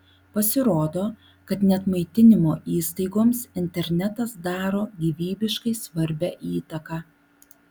pasirodo kad net maitinimo įstaigoms internetas daro gyvybiškai svarbią įtaką